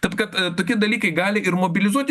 taip kad tokie dalykai gali ir mobilizuoti